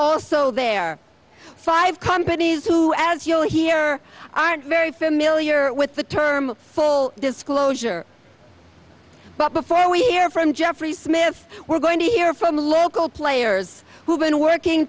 also there five companies who as you'll hear aren't very familiar with the term full disclosure but before we hear from jeffrey smith we're going to hear from local players who've been working